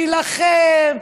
נילחם,